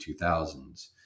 2000s